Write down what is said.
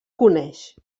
coneix